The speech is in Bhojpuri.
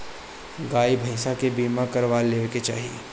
गाई भईसा के बीमा करवा लेवे के चाही